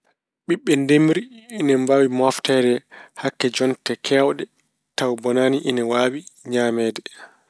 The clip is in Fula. Ɓiɓɓe ndemri, ine mbaawi moofteede hakke jonte keewɗe tawa bonaani, ine waawi ñameede.